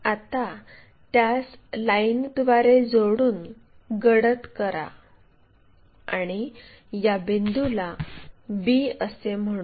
आता त्यास लाईनद्वारे जोडून गडद करा आणि या बिंदूला b असे म्हणू